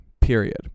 Period